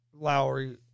Lowry